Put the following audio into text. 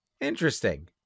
Interesting